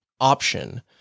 option